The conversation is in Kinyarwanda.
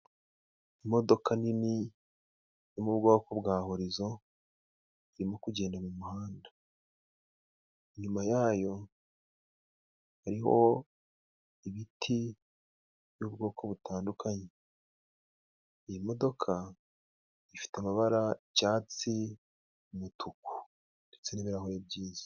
Imodoka nini yo mu bwoko bwa horizo， irimo kugenda mu muhanda， inyuma yayo hariho ibiti by’ubwoko butandukanye， iyi modoka ifite amabara icyatsi， umutuku， ndetse n'ibirahuri byiza.